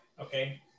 okay